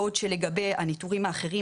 בעוד שלגבי הניתורים האחרים,